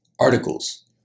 articles